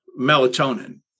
melatonin